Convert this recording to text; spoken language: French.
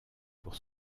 pour